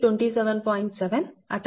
40 Volts